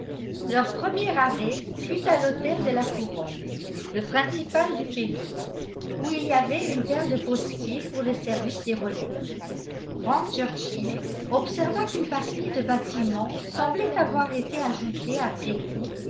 leur premier arrêt fut à l'hôtel de la couronne le principal du pays où il y avait une paire de postiers pour le service des relais frank churchill observa qu'une partie de bâtiment semblait avoir été ajoutée après coup